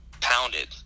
pounded